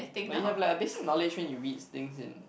but you have like a basic knowledge when you read things in